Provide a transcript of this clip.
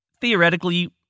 Theoretically